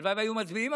הלוואי והיו מצביעים,